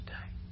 today